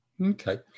Okay